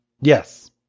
Yes